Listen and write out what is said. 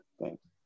Thanks